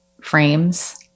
frames